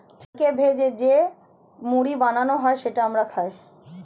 চালকে ভেজে যেই মুড়ি বানানো হয় সেটা আমরা খাই